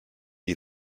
die